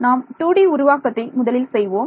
நாம் 2D உருவாக்கத்தை முதலில் செய்வோம்